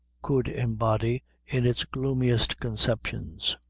could embody in its gloomiest conceptions.